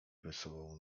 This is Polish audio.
wesołą